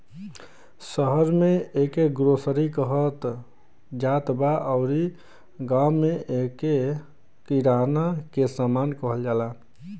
शहर में एके ग्रोसरी कहत जात बा अउरी गांव में एके किराना के सामान कहल जाला